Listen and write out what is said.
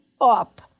up